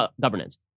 governance